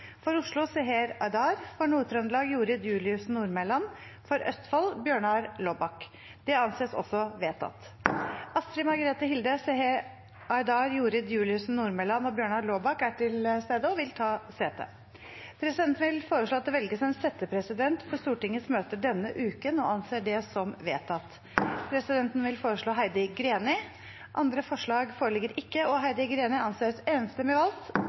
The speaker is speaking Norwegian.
For Vest-Agder: Astrid Margrethe Hilde og Odd Omland For Oslo: Seher Aydar For Nord-Trøndelag: Jorid Juliussen Nordmelan For Østfold: Bjørnar Laabak Astrid Margrethe Hilde, Seher Aydar, Jorid Juliussen Nordmelan og Bjørnar Laabak er til stede og vil ta sete. Presidenten vil foreslå at det velges en settepresident for Stortingets møter denne uken, og anser det som vedtatt. Presidenten vil foreslå Heidi Greni. – Andre forslag foreligger ikke, og Heidi Greni anses enstemmig valgt